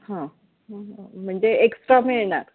हां म्हणजे एक्स्ट्रा मिळणार